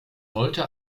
heute